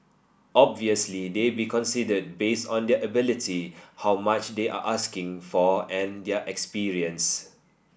obviously they'll be considered based on their ability how much they are asking for and their experience